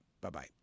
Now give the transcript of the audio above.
Bye-bye